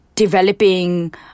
developing